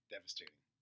Devastating